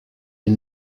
est